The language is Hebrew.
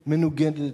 מנוגדת,